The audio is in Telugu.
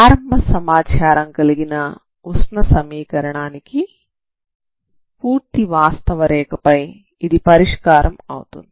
ప్రారంభ సమాచారం కలిగిన ఉష్ణ సమీకరణానికి పూర్తి వాస్తవ రేఖ పై ఇది పరిష్కారం అవుతుంది